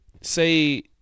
say